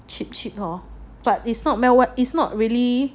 cheap cheap hor but it's not meant what is not really